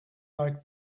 like